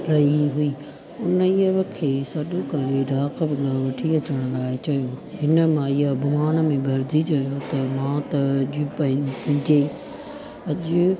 रही हुई हुन हींअर खेसि सॾु करे डाख भुॻिड़ा वठी अचण लाइ चयो हिन माईअ अभिमान में भरिजी चयो त मां त अॼु पंहिंजे अॼु